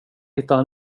hittade